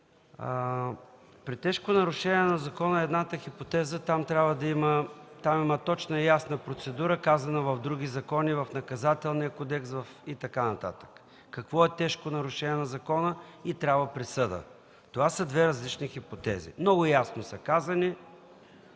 при тежко нарушение на закона по едната хипотеза има точна и ясна процедура, казана в други закони, в Наказателния кодекс и така нататък. Казано е какво е „тежко нарушение на закона” и трябва присъда. Това са две различни хипотези, много ясно са казани.